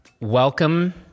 welcome